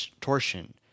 torsion